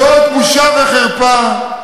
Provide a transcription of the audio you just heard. זאת בושה וחרפה.